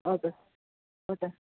हजुर हो त